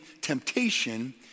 temptation